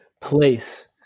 place